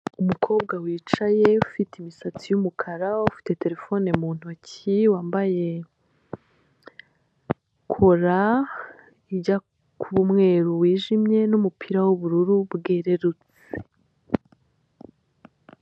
Umukobwa wicaye ufite imisatsi y'umukara ufite telefone mu ntoki wambaye kora ijya kuba umweru wijimye n'umupira w'ubururu bwerurutse.